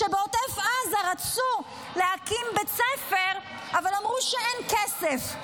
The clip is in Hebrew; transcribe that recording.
כשבעוטף עזה רצו להקים בית ספר אבל אמרו שאין כסף.